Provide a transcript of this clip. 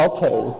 Okay